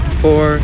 four